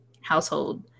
household